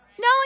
No